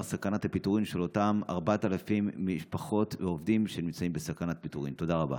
באמת ייתנו תשובות אמיתיות